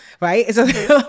Right